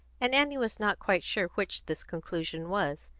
and annie was not quite sure which this conclusion was.